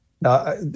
Now